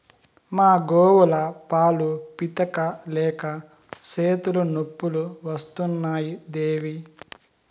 మా గోవుల పాలు పితిక లేక చేతులు నొప్పులు వస్తున్నాయి దేవీ